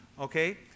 Okay